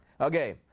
Okay